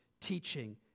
teaching